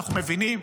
אנחנו מבינים.